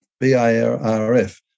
B-A-R-F